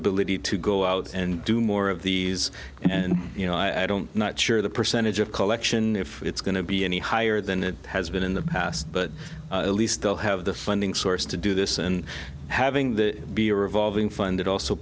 ability to go out and do more of these and you know i don't not sure the percentage of collection if it's going to be any higher than it has been in the past but at least they'll have the funding source to do this and having that be a revolving fund it also